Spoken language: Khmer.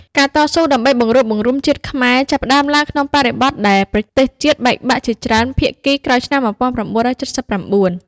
ការតស៊ូដើម្បីបង្រួបបង្រួមជាតិខ្មែរ ចាប់ផ្តើមឡើងក្នុងបរិបទដែលប្រទេសជាតិបែកបាក់ជាច្រើនភាគីក្រោយឆ្នាំ ១៩៧៩។